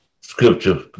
scripture